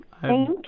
Thank